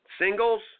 singles